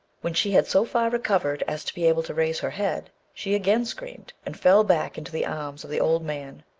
when she had so far recovered as to be able to raise her head, she again screamed, and fell back into the arms of the old man.